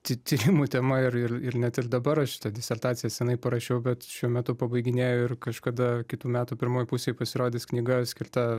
ty tyrimų tema ir ir ir net ir dabar aš tą disertaciją senai parašiau vat šiuo metu pabaiginėju ir kažkada kitų metų pirmoj pusėj pasirodys knyga skirta